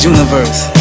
Universe